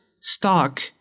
stock